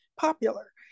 popular